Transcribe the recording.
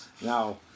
Now